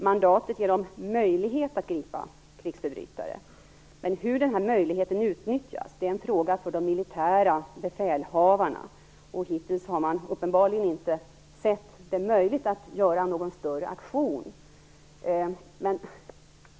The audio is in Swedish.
Mandatet ger dem möjlighet att gripa krigsförbrytare, men hur denna möjlighet utnyttjas är en fråga för de militära befälhavarna, och hittills har man uppenbarligen inte ansett det möjligt att göra någon större aktion.